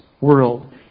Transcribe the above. world